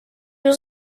was